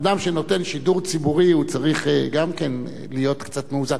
אדם שנותן שידור ציבורי צריך גם להיות קצת מאוזן.